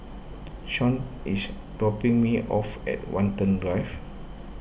Shawnte is dropping me off at Watten Drive